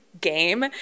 game